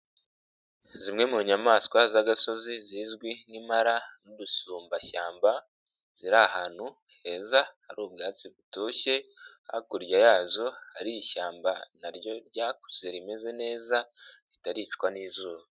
zimwe mu nyamaswa z'agasozi zizwi nk'impara n'udusumbashyamba ziri ahantu heza hari ubwatsi butoshye hakurya yazo hari ishyamba naryo ryakuze rimeze neza ritaricwa n'izuba.